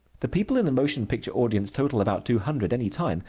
the people in the motion picture audience total about two hundred, any time,